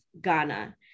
Ghana